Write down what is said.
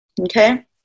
Okay